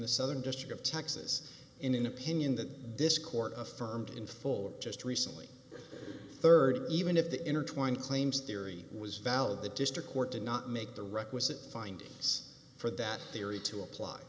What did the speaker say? the southern district of texas in an opinion that this court affirmed in full just recently third even if the intertwined claims theory was valid the district court did not make the requisite findings for that theory to apply